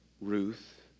Ruth